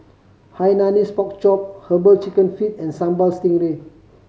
Hainanese Pork Chop Herbal Chicken Feet and Sambal Stingray